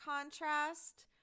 contrast